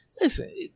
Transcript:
listen